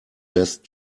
best